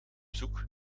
zoek